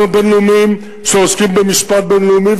הבין-לאומיים שעוסקים במשפט בין-לאומי,